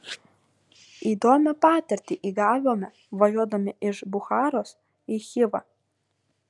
įdomią patirtį įgavome važiuodami iš bucharos į chivą